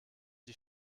die